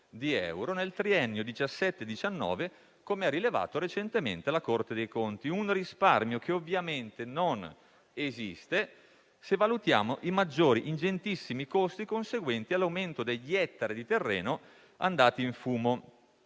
nel triennio 2017-2019, come ha rilevato recentemente la Corte dei conti. Si tratta di un risparmio che ovviamente non esiste, se valutiamo i maggiori, ingentissimi costi conseguenti all'aumento degli ettari di terreno andati in fumo.